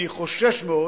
אני חושש מאוד